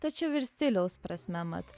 tačiau ir stiliaus prasme mat